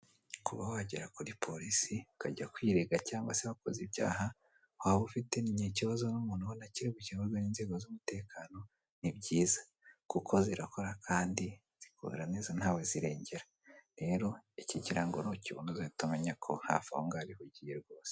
Kuba wagera kuri polisi ukajya kwirega cyangwa se wakoze ibyaha, waba ufitanye ikibazo n'umuntu ubona kiribukemurwe n'inzego z'umutekano, ni byiza Kuko zirakora kandi zikora neza ntawe zirengera. Rero icyo kirango nukibona uzahite umenya ko hafi aho ngaho ari ho ugiye rwose.